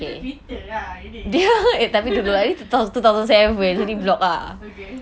dia ada twitter lah ni okay